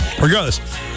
Regardless